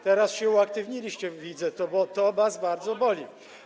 Teraz się uaktywniliście, widzę, że to was bardzo boli.